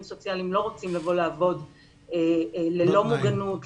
סוציאליים לא רוצים לבוא לעבוד ללא מוגנות,